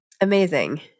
Amazing